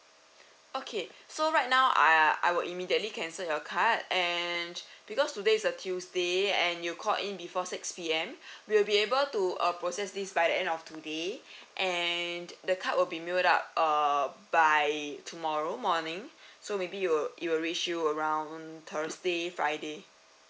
okay so right now I uh I'll immediately cancel your car and because today is a tuesday and you call in before six P_M we'll be able to uh process this by the end of today and the card will be mail out uh by tomorrow morning so maybe you will it will reach you around thursday friday